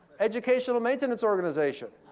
educational maintenance organization?